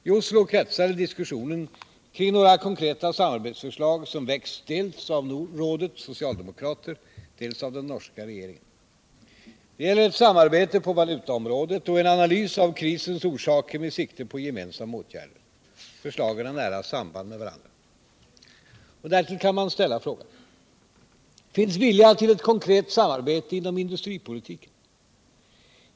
I Oslo kretsade diskussionen kring några konkreta samarbetsförslag som väckts dels av rådets socialdemokrater, dels av den norska regeringen. Det gäller ett samarbete på valutaområdet och en analys av krisens orsaker med sikte på gemensamma åtgärder. Förslagen har nära samband med varandra. Därtill kan man ställa frågan: Finns vilja till ett konkret samarbete inom industripolitiken?